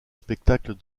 spectacle